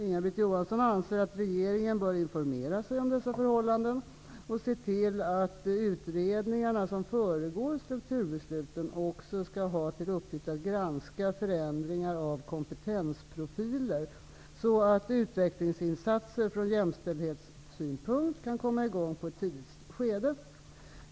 Inga Britt Johansson anser att regeringen bör informera sig om dessa förhållanden och se till att utredningarna som föregår strukturbesluten också skall ha till uppgift att granska förändringar av kompetensprofiler så att utvecklingsinsatser från jämställdhetssynpunkt kan komma i gång i ett tidigt skede.